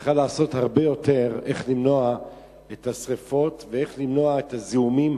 צריכה לעשות הרבה יותר כדי למנוע את השרפות ולמנוע את הזיהומים